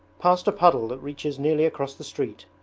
past a puddle that reaches nearly across the street,